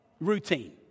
routine